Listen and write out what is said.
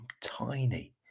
tiny